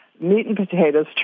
meat-and-potatoes